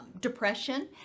depression